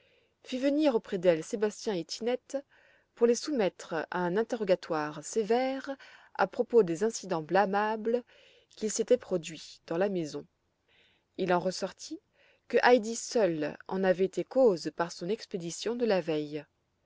fit venir auprès d'elle sébastien et tinette pour les soumettre à un interrogatoire sévère à propos des incidents blâmables qui s'étaient produits dans la maison il en ressortit que heidi seule en avait été cause par son expédition de la veille